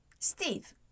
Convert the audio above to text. Steve